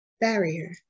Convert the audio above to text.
Barrier